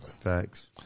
Thanks